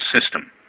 system